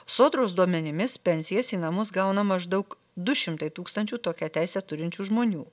sodros duomenimis pensijas į namus gauna maždaug du šimtai tūkstančių tokią teisę turinčių žmonių